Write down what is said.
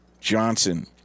johnson